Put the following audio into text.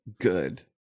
good